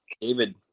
David